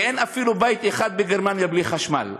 כי אין אפילו בית אחד בגרמניה בלי חשמל.